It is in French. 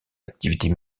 activités